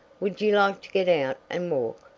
would you like to get out and walk?